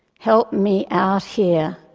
help me out here.